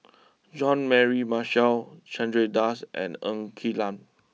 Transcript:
Jean Mary Marshall Chandra Das and Ng Quee Lam